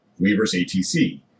WeaversATC